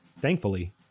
Thankfully